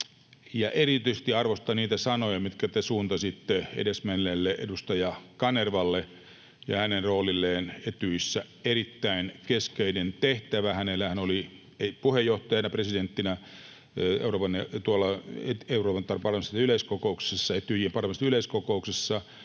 Erityisesti arvostan niitä sanoja, mitkä te suuntasitte edesmenneelle edustaja Kanervalle ja hänen roolilleen Etyjissä. Hänellähän oli puheenjohtajana, presidenttinä, erittäin keskeinen tehtävä Etyjin parlamentaarisessa yleiskokouksessa